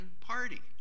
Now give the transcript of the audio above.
party